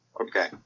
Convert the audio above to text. Okay